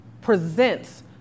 presents